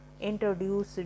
introduce